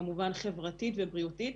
כמובן חברתית ובריאותית,